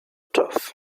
tough